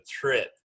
trip